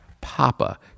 papa